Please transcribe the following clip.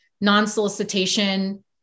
Non-solicitation